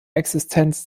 existenz